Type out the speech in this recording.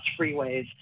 freeways